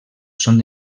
són